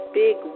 big